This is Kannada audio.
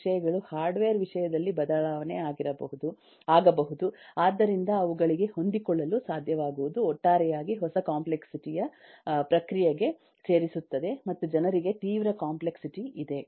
ವಿಷಯಗಳು ಹಾರ್ಡ್ವೇರ್ ವಿಷಯದಲ್ಲಿ ಬದಲಾವಣೆ ಆಗಬಹುದು ಆದ್ದರಿಂದ ಅವುಗಳಿಗೆ ಹೊಂದಿಕೊಳ್ಳಲು ಸಾಧ್ಯವಾಗುವುದು ಒಟ್ಟಾರೆಯಾಗಿ ಹೊಸ ಕಾಂಪ್ಲೆಕ್ಸಿಟಿ ಅ ಪ್ರಕ್ರಿಯೆಗೆ ಸೇರಿಸುತ್ತದೆ ಮತ್ತು ಜನರಿಂದ ತೀವ್ರ ಕಾಂಪ್ಲೆಕ್ಸಿಟಿ ಇದೆ